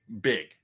big